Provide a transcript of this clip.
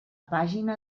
pàgina